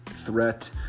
threat